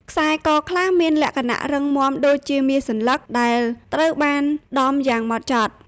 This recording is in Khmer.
ខ្សែកខ្លះមានលក្ខណៈរឹងមាំដូចជាមាសសន្លឹកដែលត្រូវបានដំយ៉ាងហ្មត់ចត់។